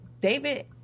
David